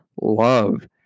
love